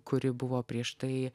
kuri buvo prieš tai